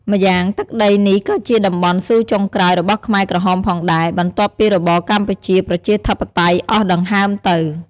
ម៉្យាងទឹកដីនេះក៏ជាតំបន់ស៊ូចុងក្រោយរបស់ខ្មែរក្រហមផងដែរ បន្ទាប់ពីរបបកម្ពុជាប្រជាធិបតេយ្យអស់ដង្ហើមទៅ។